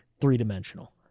three-dimensional